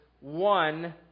one